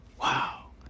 Wow